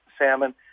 salmon